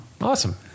Awesome